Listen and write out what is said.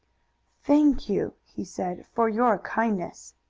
thank you, he said, for your kindness.